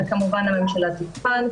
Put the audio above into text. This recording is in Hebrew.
וכמובן הממשלה תבחן,